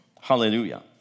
hallelujah